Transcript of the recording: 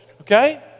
Okay